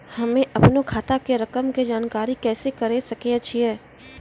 हम्मे अपनो खाता के रकम के जानकारी कैसे करे सकय छियै?